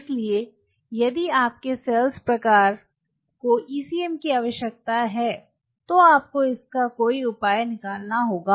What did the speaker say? इसलिए यदि आपके सेल प्रकार को ईसीएम की आवश्यकता है तो आपको इसका कोई उपाय निकालना होगा